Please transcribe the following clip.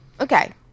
Okay